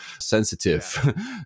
sensitive